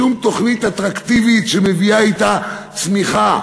שום תוכנית אטרקטיבית שמביאה אתה צמיחה.